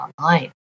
online